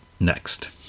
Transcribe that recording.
next